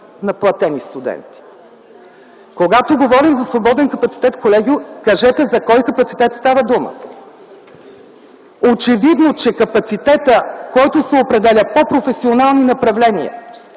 на платени студенти. Когато говорим за свободен капацитет, колеги, кажете за кой капацитет става дума? Очевидно че капацитетът, който се определя по професионални направления,